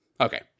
Okay